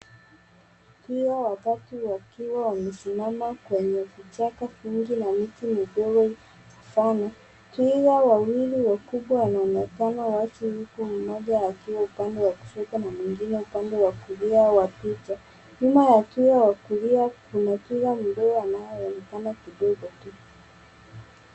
Twiga watatu wakiwa wamesimama kwenye kichaka kingi na miti midogo sana. Twiga wawili wakubwa wanaonekana wazi huku mmoja akiwa upande wa kushoto na mwingine upande wa kulia wa picha. Nyuma ya twiga wa kulia kuna twiga mdogo anayeonekana kidogo tu.